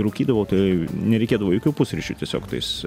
rūkydavau tai nereikėdavo jokių pusryčių tiesiog tais